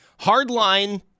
Hardline